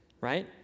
Right